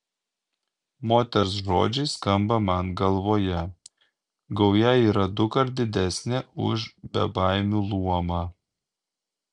moters žodžiai skamba man galvoje gauja yra dukart didesnė už bebaimių luomą